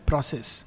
Process